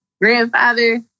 grandfather